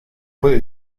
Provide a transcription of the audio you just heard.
puede